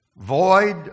void